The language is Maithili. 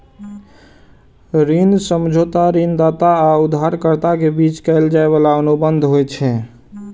ऋण समझौता ऋणदाता आ उधारकर्ता के बीच कैल जाइ बला अनुबंध होइ छै